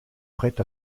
prête